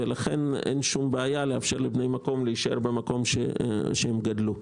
ולכן אין שום בעיה לאפשר בני למקום להישאר במקום שהם גדלו.